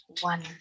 One